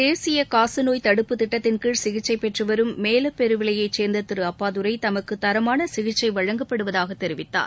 தேசிய காசநோய் தடுப்பு திட்டத்தின்கீழ் சிகிச்சை பெற்றுவரும் மேலப்பெருவிலையைச் சேர்ந்த திரு அப்பாதுரை தமக்கு தரமான சிகிச்சை வழங்கப்படுவதாக தெரிவித்தார்